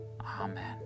Amen